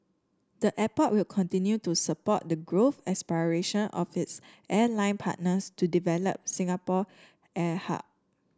the airport will continue to support the growth aspiration of its airline partners to develop Singapore air hub